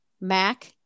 Mac